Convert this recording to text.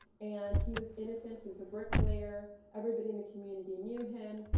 and he was innocent, he was a bricklayer. everybody in the community knew him.